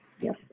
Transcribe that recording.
Yes